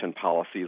policies